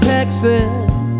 Texas